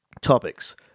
topics